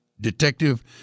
Detective